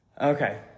okay